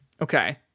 Okay